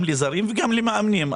גם לזרים וגם למאמנים,